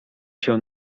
się